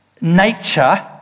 nature